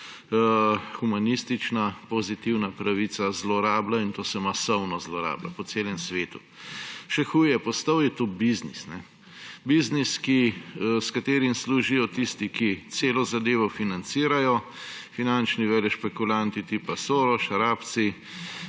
humanistična in pozitivna pravica, zlorablja; in to se masovno zlorablja, po celem svetu. Še huje, postal je to biznis. Biznis, s katerim služijo tisti, ki celo zadevo financirajo, finančni velešpekulanti tipa Soros, Arabci.